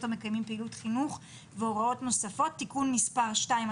המקיימים פעילות חינוך והוראות נוספות) (תיקון מספר 2),